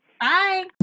Bye